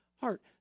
heart